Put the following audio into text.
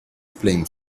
playing